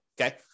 okay